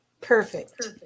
Perfect